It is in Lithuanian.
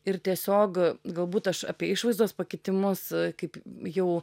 ir tiesiog galbūt aš apie išvaizdos pakitimus kaip jau